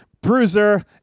Bruiser